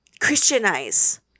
Christianize